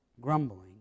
grumbling